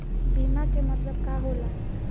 बीमा के मतलब का होला?